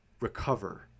recover